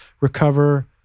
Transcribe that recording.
recover